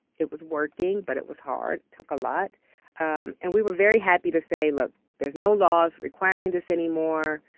it was working but it was hard, took a lot and we were very happy to say look there's no laws requiring this anymore.